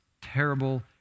terrible